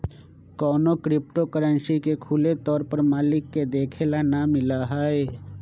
कौनो crypto currency के खुले तौर पर मालिक के देखे ला ना मिला हई